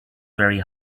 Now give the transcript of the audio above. very